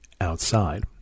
outside